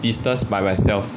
business by myself